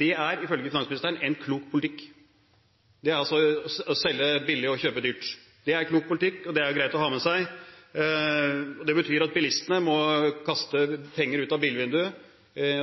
Det er, ifølge finansministeren, en klok politikk – altså å selge billig og kjøpe dyrt. Det er klok politikk – og det er jo greit å ha med seg. Det betyr at bilistene må kaste penger ut av bilvinduet.